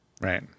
Right